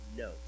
no